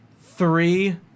three